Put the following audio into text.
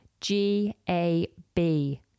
G-A-B